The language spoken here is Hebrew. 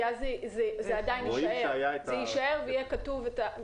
כי אז זה יישאר ואפשר יהיה לראות את זה.